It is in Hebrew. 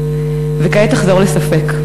לכן אני בוחרת לעמוד לצדכם,